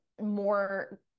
more